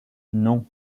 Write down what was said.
non